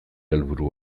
helburu